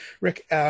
Rick